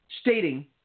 stating